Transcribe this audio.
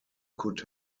could